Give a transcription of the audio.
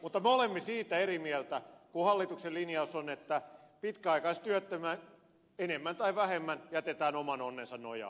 mutta me olemme siitä eri mieltä kun hallituksen linjaus on että pitkäaikaistyöttömät enemmän tai vähemmän jätetään oman onnensa nojaan